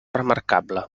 remarcable